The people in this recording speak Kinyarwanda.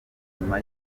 nyuma